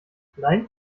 nein